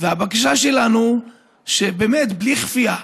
והבקשה שלנו: באמת, בלי כפייה.